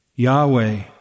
Yahweh